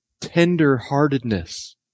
tender-heartedness